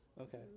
Okay